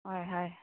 হয় হয়